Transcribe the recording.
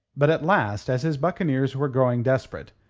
but at last, as his buccaneers were growing desperate,